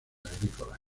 agrícolas